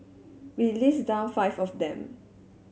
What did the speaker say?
we list down five of them